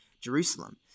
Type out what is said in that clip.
Jerusalem